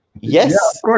Yes